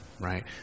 right